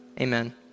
amen